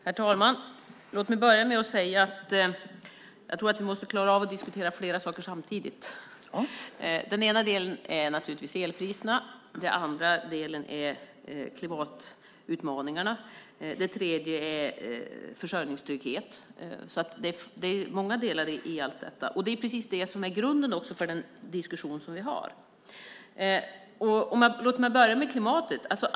Herr talman! Låt mig börja med att säga att jag tror att vi måste klara av att diskutera flera saker samtidigt. Den ena delen är naturligtvis elpriserna. Den andra delen är klimatutmaningarna. Det tredje är försörjningstrygghet. Det är många delar i detta, och det är precis det som är grunden för den diskussion vi har. Låt mig börja med klimatet.